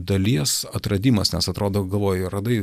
dalies atradimas nes atrodo galvoji radai